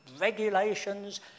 regulations